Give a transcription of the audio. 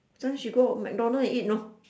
that time she go MacDonald eat know